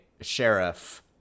sheriff